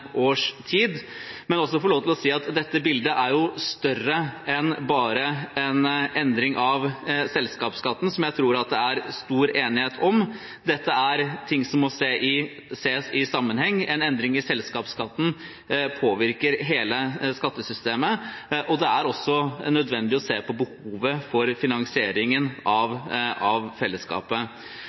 års tid, men dette bildet er jo større enn bare en endring av selskapsskatten, som jeg tror at det er stor enighet om. Dette er ting som må ses i sammenheng. En endring i selskapsskatten påvirker hele skattesystemet, og det er også nødvendig å se på behovet for finansieringen av fellesskapet.